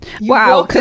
Wow